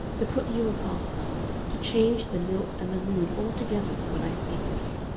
to put you apart to change the lilt and the mood altogether when i speak of you.